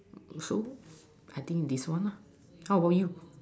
so I think this one lah how bout you